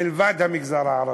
מלבד המגזר הערבי.